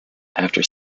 after